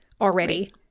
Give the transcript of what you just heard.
already